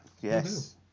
Yes